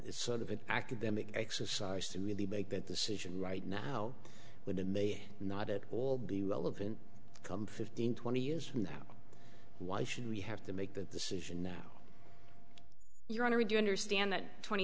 it's sort of an academic exercise to really make that decision right now would it may not at all be relevant come fifteen twenty years from now why should we have to make that decision now your honor we do understand that twenty